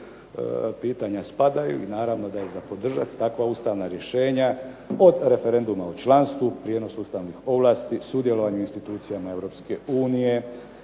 pitanja spadaju i naravno da je za podržati takva ustavna rješenja od referenduma o članstvu, prijenosu Ustavnih ovlasti, sudjelovanju institucija